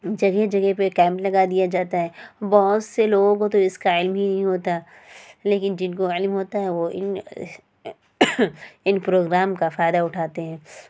جگہ جگہ پہ کیمپ لگا دیا جاتا ہے بہت سے لوگوں کو تو اس کا علم ہی نہیں ہوتا لیکن جن کو علم ہوتا ہے وہ علم ان پروگرام کا فائدہ اٹھاتے ہیں